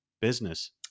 business